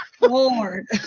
Lord